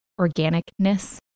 organicness